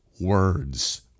words